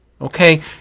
Okay